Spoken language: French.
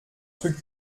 truc